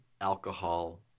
alcohol